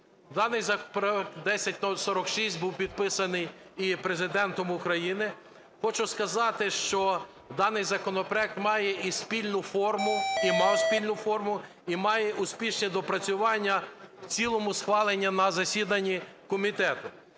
Даний законопроект 1046 був підписаний і Президентом України. Хочу сказати, що даний законопроект має і спільну форму, і мав спільну форму, і має успішні доопрацювання, в цілому схвалений на засіданні комітету.